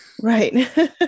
Right